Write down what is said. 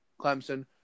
Clemson